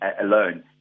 alone